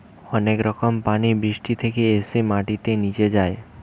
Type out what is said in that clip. অনেক রকম পানি বৃষ্টি থেকে এসে মাটিতে নিচে যায়